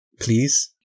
please